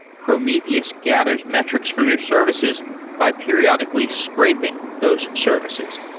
prometheus gathers metrics from your services by periodically scraping those services.